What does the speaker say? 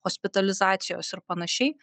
hospitalizacijos ir panašiai